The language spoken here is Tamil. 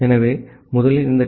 ஆகவே முதலில் இந்த டி